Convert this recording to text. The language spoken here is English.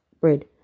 bread